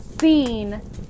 scene